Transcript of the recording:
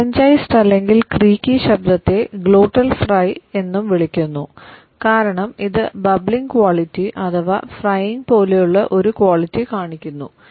laryngealised പോലെയുള്ള ഒരു quality കാണിക്കുന്നു